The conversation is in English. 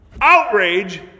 Outrage